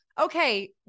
okay